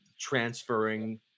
transferring